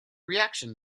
reaction